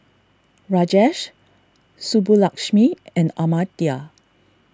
Rajesh Subbulakshmi and Amartya